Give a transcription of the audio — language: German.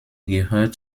gehört